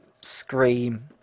scream